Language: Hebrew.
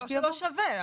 לא שלא שווה,